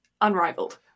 unrivaled